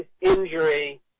injury